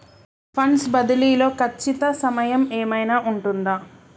Funds బదిలీ లో ఖచ్చిత సమయం ఏమైనా ఉంటుందా?